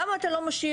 למה אתה לא משאיר,